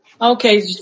Okay